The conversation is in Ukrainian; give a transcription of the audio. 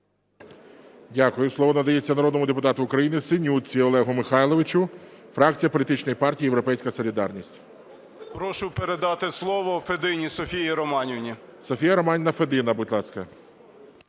Дякую. Слово надається народному депутату України Синютці Олегу Михайловичу, фракції політичної партії "Європейська солідарність" 10:52:11 СИНЮТКА О.М. Прошу передати слово Федині Софії Романівні. ГОЛОВУЮЧИЙ. Софія Романівна Федина, будь ласка.